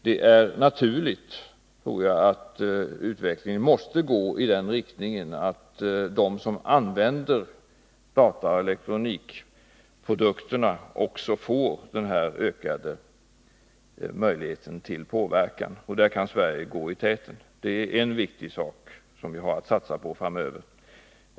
Det är naturligt att utvecklingen går i den riktningen att de som använder dataoch elektronikprodukterna också får en ökad möjlighet till påverkan. Där kan Sverige gå i täten. Det är en viktig sak som vi har att satsa på framöver.